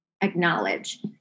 acknowledge